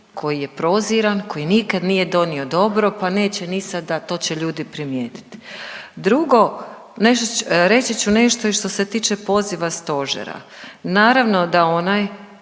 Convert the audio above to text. koji je proziran, koji nikad nije donio dobro, pa neće ni sada. To će ljudi primijetiti. Drugo reći ću nešto i što se tiče poziva Stožera. Naravno da onaj